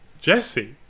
Jesse